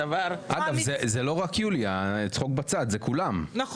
אגב זה לא רק יוליה, צחוק בצד זה כולם,